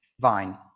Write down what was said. vine